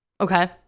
Okay